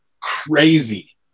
crazy